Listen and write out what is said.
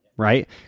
Right